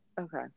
Okay